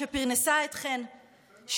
שפרנסה אתכן,